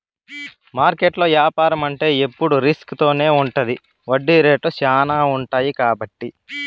మార్కెట్లో యాపారం అంటే ఎప్పుడు రిస్క్ తోనే ఉంటది వడ్డీ రేట్లు శ్యానా ఉంటాయి కాబట్టి